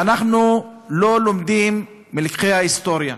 ואנחנו לא לומדים מלקחי ההיסטוריה.